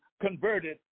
converted